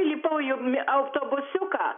įlipau į autobusiuką